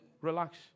Relax